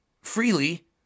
freely